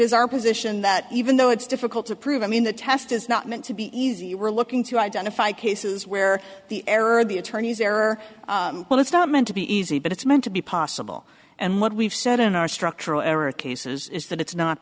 is our position that even though it's difficult to prove i mean the test is not meant to be easy we're looking to identify cases where the error the attorney's error well it's not meant to be easy but it's meant to be possible and what we've said in our structural error cases is that it's not